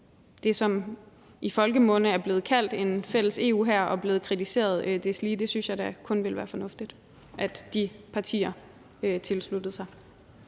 det, som i folkemunde er blevet kaldt en fælles EU-hær, og som desuden er blevet kritiseret. Det synes jeg da kun ville være fornuftigt at de partier tilsluttede sig.